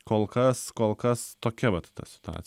kol kas kol kas tokia vat ta situacija